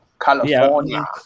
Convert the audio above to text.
California